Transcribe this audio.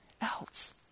else